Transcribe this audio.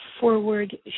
forward